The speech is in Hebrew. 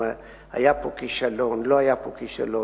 אם היה פה כישלון או לא היה פה כישלון,